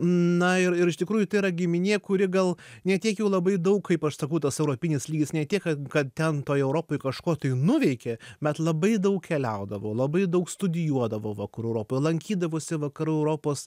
na ir ir iš tikrųjų tai yra giminė kuri gal ne tiek jau labai daug kaip aš sakau tas europinis lygis ne tiek kad ten toj europoj kažko tai nuveikė bet labai daug keliaudavo labai daug studijuodavo vakarų europoj lankydavosi vakarų europos